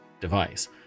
device